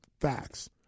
Facts